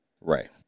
Right